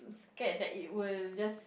scared that it will just